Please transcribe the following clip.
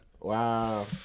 Wow